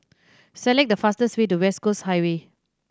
select the fastest way to West Coast Highway